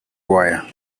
wire